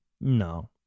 No